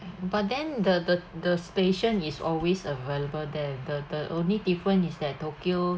but then the the the station is always available there the the only difference is that tokyo